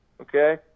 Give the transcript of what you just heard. Okay